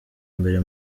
mbere